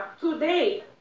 Today